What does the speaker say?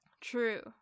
True